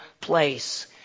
place